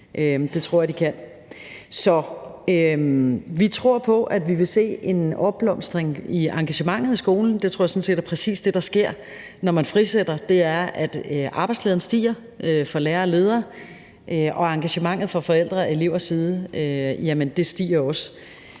Det tror jeg de kan. Så vi tror på, at vi vil se en opblomstring i engagementet i skolen. Det tror jeg sådan set er præcis det, der sker, når man frisætter, nemlig at arbejdsglæden stiger for lærere og ledere, og engagementet fra forældres og elevers side stiger også.